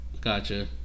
Gotcha